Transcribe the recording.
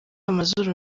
amazuru